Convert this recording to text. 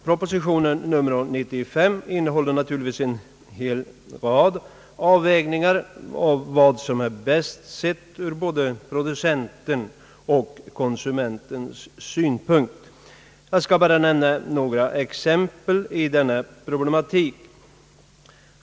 Proposition nr 95 innehåller naturligtvis en hel rad avvägningar av vad som är bäst sett ur både producentens och konsumentens synpunkter. Jag skall endast nämna några exempel i denna problematik.